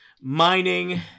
mining